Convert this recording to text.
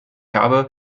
habe